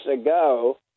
ago